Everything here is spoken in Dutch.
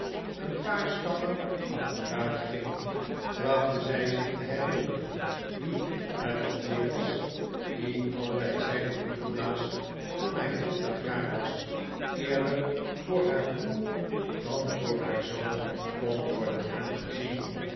een paar stappen achteruitging trachtte zij zich te herinneren wie het ook weer was die altijd zei dat nikolaas toen hij twintig jaar was eerder voor haar broer dan voor haar zoon kon worden aangezien